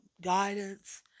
guidance